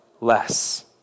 less